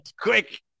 quick